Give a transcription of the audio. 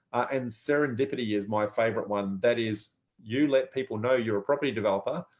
and serendipity is my favorite one. that is you let people know you're a property developer.